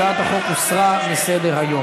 הצעת החוק הוסרה מסדר-היום.